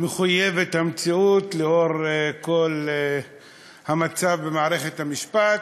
מחויבת המציאות לפי כל המצב במערכת המשפט.